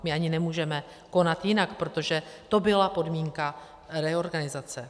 My ani nemůžeme konat jinak, protože to byla podmínka reorganizace.